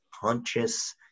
conscious